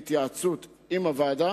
בהתייעצות עם הוועדה,